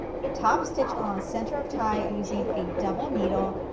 top stitch allowance center of tie using a double needle,